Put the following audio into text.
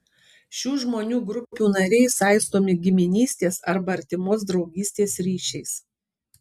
šių žmonių grupių nariai saistomi giminystės arba artimos draugystės ryšiais